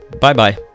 Bye-bye